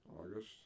August